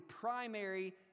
primary